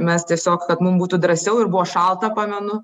mes tiesiog kad mum būtų drąsiau ir buvo šalta pamenu